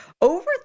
over